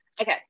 Okay